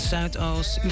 Zuidoost